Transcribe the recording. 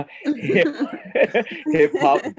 Hip-hop